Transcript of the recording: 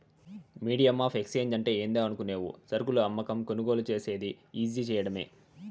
medium of exchange అంటే ఏందో అనుకునేవు సరుకులు అమ్మకం, కొనుగోలు సేసేది ఈజీ సేయడమే